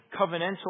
covenantal